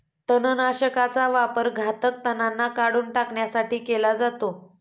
तणनाशकाचा वापर घातक तणांना काढून टाकण्यासाठी केला जातो